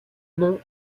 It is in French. non